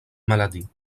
maladie